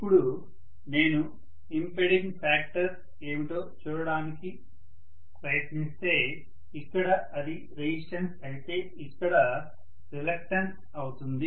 ఇప్పుడు నేను impeding factor ఏమిటో చూడటానికి ప్రయత్నిస్తే ఇక్కడ అది రెసిస్టన్స్ అయితే ఇక్కడ రిలక్టన్స్ ℜ అవుతుంది